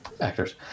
actors